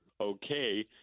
okay